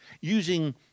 using